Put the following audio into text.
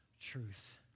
truth